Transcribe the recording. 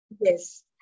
Yes